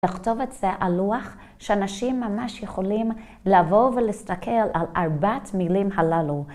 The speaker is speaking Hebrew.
לכתוב את זה על לוח שאנשים ממש יכולים לבוא ולהסתכל על ארבעת מילים הללו.